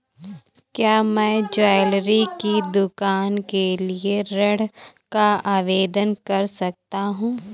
क्या मैं ज्वैलरी की दुकान के लिए ऋण का आवेदन कर सकता हूँ?